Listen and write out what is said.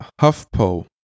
HuffPo